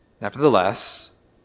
Nevertheless